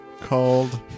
called